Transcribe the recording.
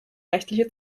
rechtliche